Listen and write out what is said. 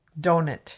donut